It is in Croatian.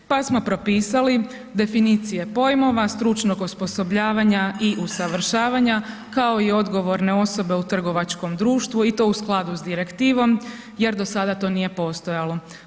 Pa smo propisali definicije pojmova stručnog osposobljavanja i usavršavanja kao i odgovorne osobe u trgovačkom društvu i to u skladu s direktivom, jer do sada to nije postojalo.